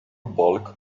bulk